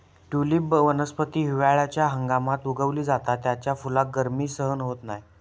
tulip वनस्पती हिवाळ्याच्या हंगामात उगवली जाता त्याच्या फुलाक गर्मी सहन होत नाय